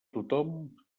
tothom